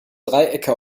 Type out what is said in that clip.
dreiecke